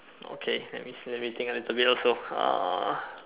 okay let me let me think a little bit also uh